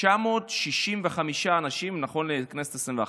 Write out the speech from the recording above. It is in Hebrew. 965 אנשים, נכון לכנסת העשרים-ואחת,